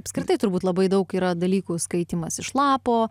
apskritai turbūt labai daug yra dalykų skaitymas iš lapo